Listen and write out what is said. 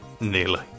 Nearly